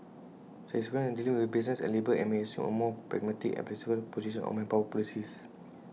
she has experience dealing with business and labour and may assume A more pragmatic and flexible position on manpower policies